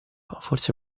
forse